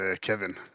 Kevin